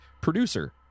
PRODUCER